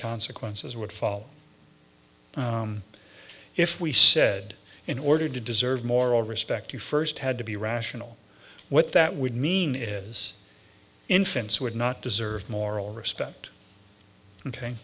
consequences would fall if we said in order to deserve moral respect you first had to be rational what that would mean is infants would not deserve moral respect